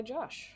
Josh